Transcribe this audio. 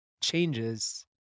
changes